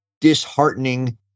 disheartening